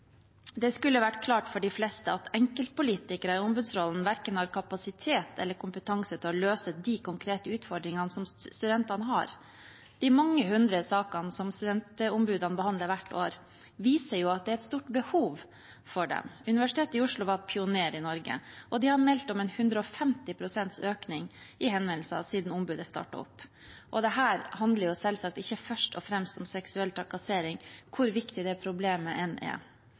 Det skulle vært klart for de fleste at enkeltpolitikere i ombudsrollen verken har kapasitet eller kompetanse til å løse de konkrete utfordringene studentene har. De mange hundre sakene som studentombudene behandler hvert år, viser at det er et stort behov for dem. Universitetet i Oslo var pioner i Norge, og de har meldt om en 150 pst. økning i henvendelser siden ombudet startet opp. Dette handler selvsagt ikke først og fremst om seksuell trakassering, hvor viktig det problemet enn er.